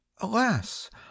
alas